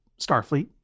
Starfleet